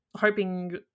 hoping